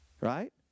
Right